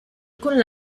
con